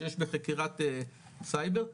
שיש בחקירת סייבר.